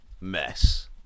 Mess